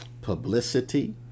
publicity